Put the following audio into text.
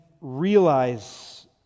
realize